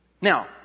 now